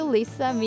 Lisa